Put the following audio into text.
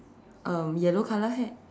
um yellow colour hat